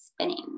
spinning